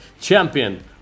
champion